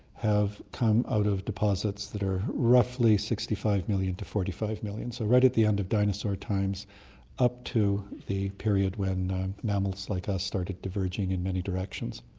have come out of deposits that are roughly sixty five million to forty five million, so right at the end of dinosaur times up to the period when mammals like us started diverging in many directions.